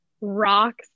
rocks